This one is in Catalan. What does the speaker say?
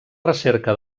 recerca